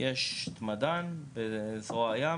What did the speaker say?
יש את מד"ן בזרוע הים.